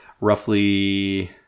roughly